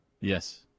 Yes